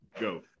go